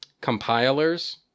compilers